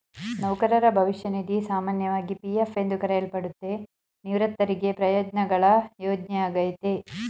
ನೌಕರರ ಭವಿಷ್ಯ ನಿಧಿ ಸಾಮಾನ್ಯವಾಗಿ ಪಿ.ಎಫ್ ಎಂದು ಕರೆಯಲ್ಪಡುತ್ತೆ, ನಿವೃತ್ತರಿಗೆ ಪ್ರಯೋಜ್ನಗಳ ಯೋಜ್ನೆಯಾಗೈತೆ